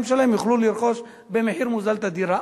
שלהם יוכלו לרכוש במחיר מוזל את הדירה.